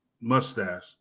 mustache